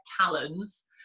talons